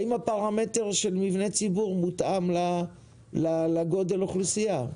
האם הפרמטר של מבני ציבור מותאם לגודל האוכלוסייה?